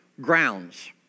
grounds